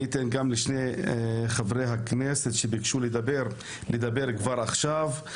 אני אתן לשני חברי הכנסת שביקשו לדבר כבר עכשיו.